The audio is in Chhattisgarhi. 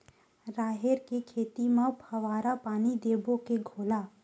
राहेर के खेती म फवारा पानी देबो के घोला?